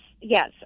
yes